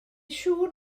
siŵr